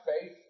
faith